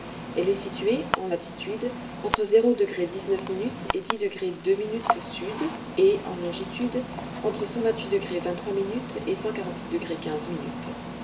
elle est située en latitude entre zéro et sud et en longitude entre et